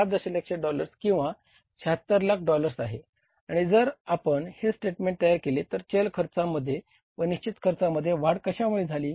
6 दशलक्ष डॉलर्स किंवा 76 लाख डॉलर्स आहे आणि जर आपण हे स्टेटमेंट तयार केले तर चल खर्चामध्ये व निश्चित खर्चामध्ये वाढ कशामुळे झाली